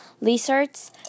lizards